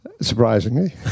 surprisingly